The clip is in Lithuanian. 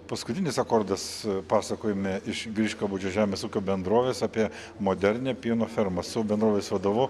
paskutinis akordas pasakojime iš griškabūdžio žemės ūkio bendrovės apie modernią pieno fermą su bendrovės vadovu